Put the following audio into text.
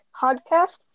podcast